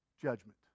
judgment